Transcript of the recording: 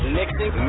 mixing